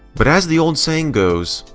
but as the old saying goes,